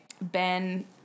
Ben